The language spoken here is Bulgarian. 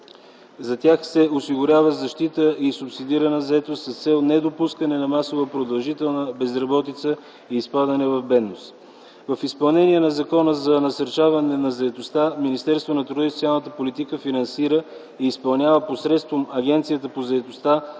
За тях се осигурява защита и субсидирана заетост с цел недопускане на масова продължителна безработица и изпадане в бедност. В изпълнение на Закона за насърчаване на заетостта Министерството на труда и социалната политика финансира и изпълнява посредством Агенцията по заетостта